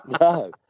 No